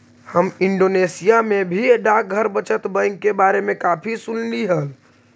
हम इंडोनेशिया में भी डाकघर बचत बैंक के बारे में काफी सुनली हल